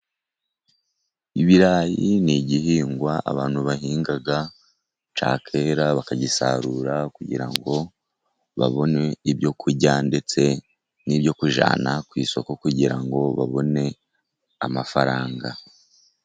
Ibirayi ni igihingwa abantu bahinga, cyakwera bakagisarura kugira ngo babone ibyo kurya, ndetse n'ibyo kujyana ku isoko kugira ngo babone amafaranga.